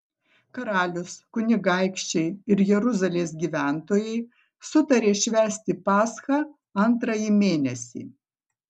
karalius kunigaikščiai ir jeruzalės gyventojai sutarė švęsti paschą antrąjį mėnesį